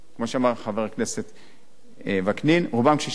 אני ביקשתי עכשיו